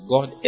God